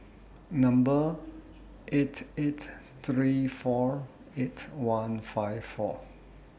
Number eight eight three four eight one five four